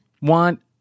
want